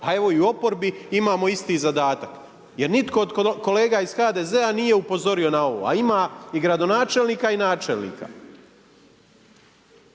Pa evo i u oporbi imamo isti zadatak. Jer nitko od kolega iz HDZ-a nije upozorio na ovo, a ima i gradonačelnika i načelnika.